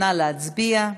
נא להצביע.